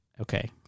Okay